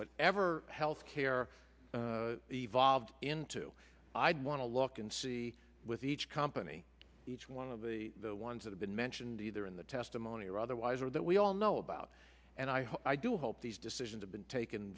what ever healthcare evolved into i'd want to look and see with each company each one of the ones that have been mentioned either in the testimony or otherwise or that we all know about and i hope i do hope these decisions have been taken